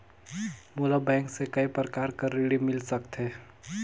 मोला बैंक से काय प्रकार कर ऋण मिल सकथे?